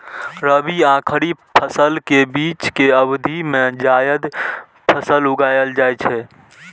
रबी आ खरीफ फसल के बीच के अवधि मे जायद फसल उगाएल जाइ छै